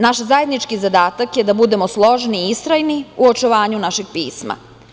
Naš zajednički zadatak je da budemo složni i istrajni u očuvanju našeg pisma.